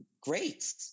great